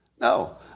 No